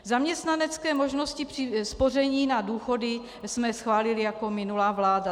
Zaměstnanecké možnosti spoření na důchody jsme schválili jako minulá vláda.